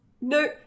no